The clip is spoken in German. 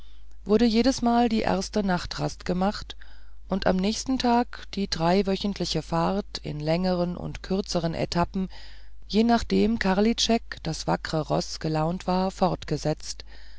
wurde jedesmal die erste nachtrast gemacht und am nächsten tag die dreiwöchentliche fahrt in längeren oder kürzeren etappen je nachdem karlitschek das wackre roß gelaunt war fortgesetzt